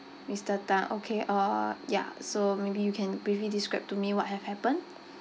mister tan okay uh ya so maybe you can briefly describe to me what have happened